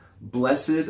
blessed